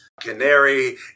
canary